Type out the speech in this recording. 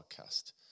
Podcast